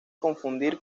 confundir